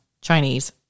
Chinese